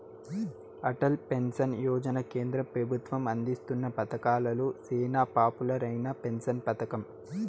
Atal pension Yojana కేంద్ర పెబుత్వం అందిస్తున్న పతకాలలో సేనా పాపులర్ అయిన పెన్సన్ పతకం